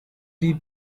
die